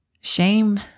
Shame